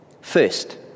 First